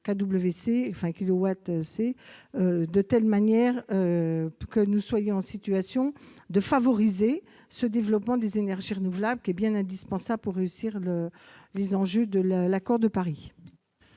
3 à 6 kilowatts crêtes afin que nous soyons en situation de favoriser le développement des énergies renouvelables, bien indispensable pour réussir les enjeux de l'accord de Paris.